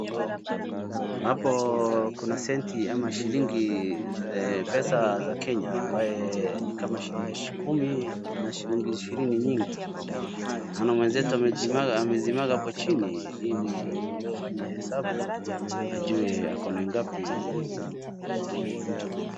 Hapo kuna senti ama shilingi pesa za Kenya ambaye ni kama shilingi kumi na shilingi ishirini nyingi. Naona mwenzetu amezimwaga hapo chini ili afanye hesabu ajue ako na ngapi.